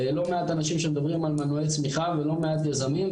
לא מעט אנשים שמדברים על מנועיי צמיחה ולא מעט יזמים.